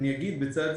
בצד זה,